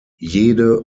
jede